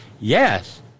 Yes